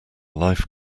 life